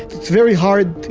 it's very hard,